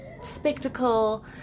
spectacle